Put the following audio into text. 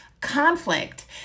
conflict